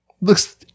Looks